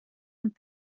und